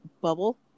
bubble